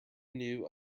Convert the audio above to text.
new